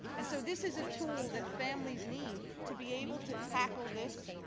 and so this is a tool that families need to be able to tackle this,